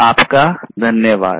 आपका धन्यवाद